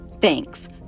Thanks